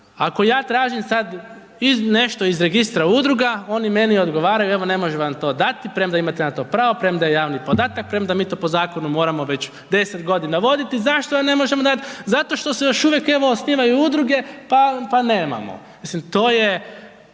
ako ja tražim sad nešto iz Registra udruga, oni meni odgovaraju, evo ne možemo vam to dati premda imate na to pravo, premda je javni podatak, premda mi to po zakonu moramo već 10 godina voditi, zašto vam ne možemo dati, zato što se još uvijek evo osnivaju udruge pa nemamo.